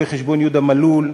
רואה-חשבון יהודה מלול.